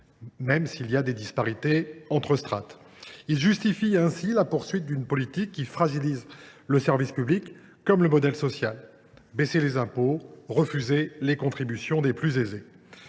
y ait de fortes disparités entre strates. Il justifie ainsi la poursuite d’une politique qui fragilise le service public comme notre modèle social, en baissant les impôts et en refusant la contribution des plus aisés.